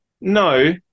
no